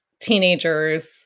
teenagers